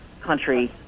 country